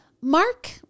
Mark